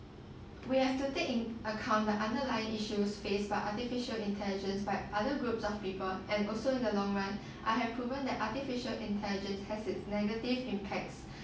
we have to take in account the underlying issues faced by artificial intelligence by other groups of people and also in the long run I have proven that artificial intelligence has its negative impacts